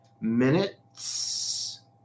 minutes